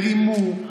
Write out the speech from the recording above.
ורימו,